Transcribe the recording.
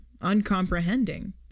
uncomprehending